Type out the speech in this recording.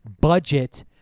budget